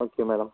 okay madam